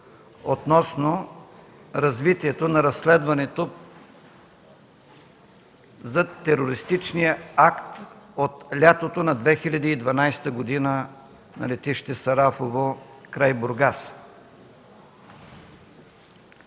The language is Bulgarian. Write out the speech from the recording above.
относно развитието на разследването за терористичния акт от лятото на 2012 г. на летище Сарафово край Бургас.